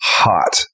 hot